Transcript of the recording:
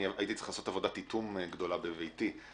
הייתי צריך לעשות עבודת איטום גדולה בביתי,